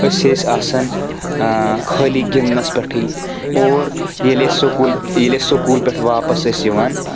أسۍ ٲسۍ آسان خٲلی گنٛدنس پؠٹھٕے اور ییٚلہِ اسہِ سکوٗل ییٚلہِ اسہِ سکوٗل پؠٹھ واپس ٲسۍ یِوان